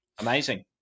Amazing